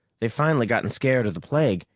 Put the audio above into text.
they've finally gotten scared of the plague,